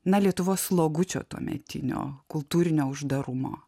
na lietuvos slogučio tuometinio kultūrinio uždarumo